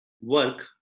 work